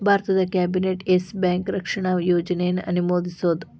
ಭಾರತದ್ cabinet Yes Bank ರಕ್ಷಣಾ ಯೋಜನೆಯನ್ನ ಅನುಮೋದಿಸೇದ್